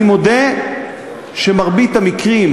אני מודה שבמרבית המקרים,